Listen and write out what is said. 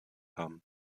haben